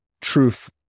truth